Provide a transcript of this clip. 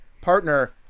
partner